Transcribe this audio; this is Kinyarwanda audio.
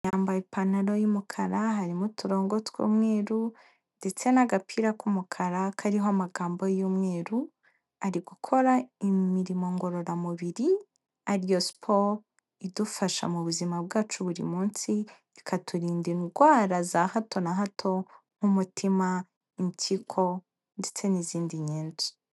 Yambaye ipantaro y'umukara, harimo uturongo tw'umweru ndetse n'agapira k'umukara kariho amagambo y'umweru, ari gukora imirimo ngororamubiri ariyo siporo, idufasha mu buzima bwacu buri munsi, ikaturinda indwara za hato na hato nk'umutima, impyiko ndetse n'izindi nyinshi.